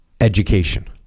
education